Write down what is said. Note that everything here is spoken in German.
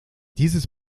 dieses